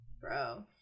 Bro